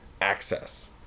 access